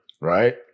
Right